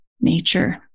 nature